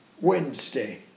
Wednesday